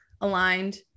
aligned